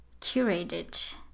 curated